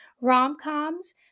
rom-coms